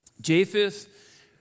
Japheth